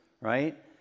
right